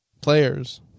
Players